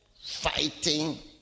fighting